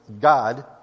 god